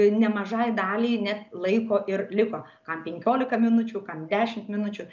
nemažai daliai net laiko ir liko kam penkiolika minučių kam dešimt minučių